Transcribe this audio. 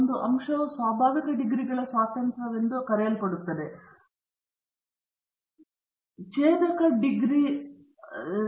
ಒಂದು ಅಂಶವು ಸ್ವಾಭಾವಿಕ ಡಿಗ್ರಿಗಳ ಸ್ವಾತಂತ್ರ್ಯವೆಂದು ಕರೆಯಲ್ಪಡುತ್ತದೆ ಆದ್ದರಿಂದ ಮೈನಸ್ ಮೈನಸ್ 1 ಅಂಶವು ಡಿಗ್ರಿ ಆಫ್ ಸ್ವಾತಂತ್ರ್ಯ ಮತ್ತು n ಮೈನಸ್ ಒನ್ ಛೇದಕ ಡಿಗ್ರಿ ಆಫ್ ಫ್ರೀಡಮ್